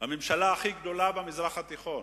הממשלה הכי גדולה במזרח התיכון.